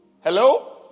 Hello